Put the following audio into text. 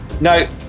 no